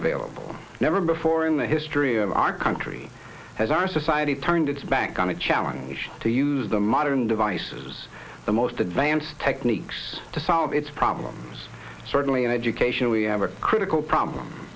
available never before in the history of our country has our society turned its back on a challenge to use the modern devices the most advanced techniques to solve its problems certainly in education we have a critical problem